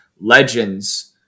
Legends